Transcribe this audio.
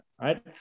right